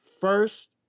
first